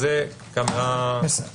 אז זאת הפתיחה,